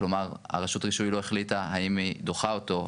כלומר רשות הרישוי לא החליטה האם היא דוחה אותו,